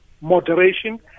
moderation